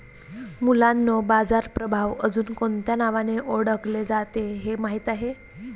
मुलांनो बाजार प्रभाव अजुन कोणत्या नावाने ओढकले जाते हे माहित आहे?